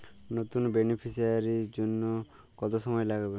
নতুন বেনিফিসিয়ারি জন্য কত সময় লাগবে?